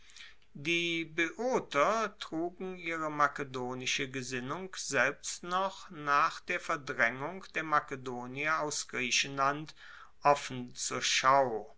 die boeoter trugen ihre makedonische gesinnung selbst noch nach der verdraengung der makedonier aus griechenland offen zur schau